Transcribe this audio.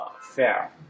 Fair